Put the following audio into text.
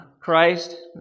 Christ